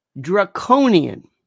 draconian